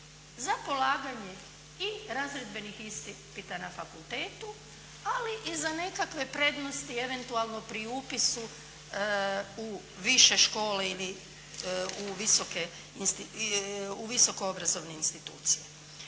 za polaganje i razredbenih ispita na fakultetu, ali i za nekakve prednosti eventualno pri upisu u više škole ili u visoko obrazovne institucije.